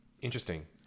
Interesting